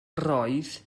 roedd